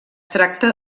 tracta